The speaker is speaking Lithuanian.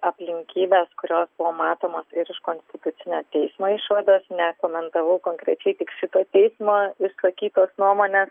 aplinkybes kurios buvo matomos ir iš konstitucinio teismo išvados nekomentavau konkrečiai tik šito teismo išsakytos nuomonės